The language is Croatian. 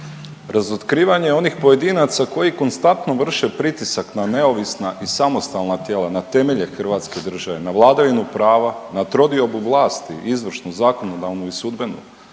Razotkrivanje onih pojedinaca koji konstantno vrše pritisak na neovisna i samostalna tijela, na temelje hrvatske države, na vladavinu prava, na trodiobu vlasti, izvršnu, zakonodavnu i sudbenu